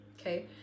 okay